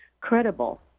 credible